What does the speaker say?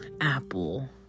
Apple